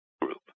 group